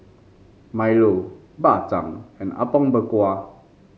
milo Bak Chang and Apom Berkuah